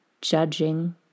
judging